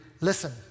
listen